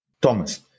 Thomas